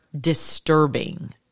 disturbing